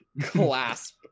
clasp